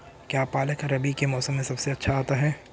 क्या पालक रबी के मौसम में सबसे अच्छा आता है?